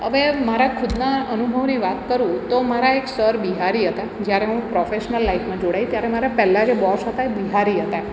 હવે મારા ખુદના અનુભવની વાત કરું તો મારા એક સર બિહારી હતા જ્યારે હું પ્રોફેશનલ લાઈફમાં જોડાઈ ત્યારે મારા પહેલાં જે બોસ હતા એ બિહારી હતા